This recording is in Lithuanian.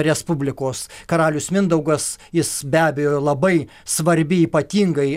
respublikos karalius mindaugas jis be abejo labai svarbi ypatingai